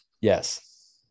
Yes